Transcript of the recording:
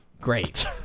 Great